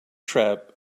trap